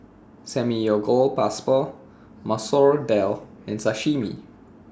Samgeyopsal Masoor Dal and Sashimi